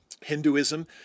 Hinduism